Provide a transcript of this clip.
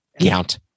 count